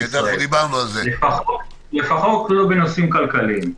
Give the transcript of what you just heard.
לפחות לא בנושאים כלכליים.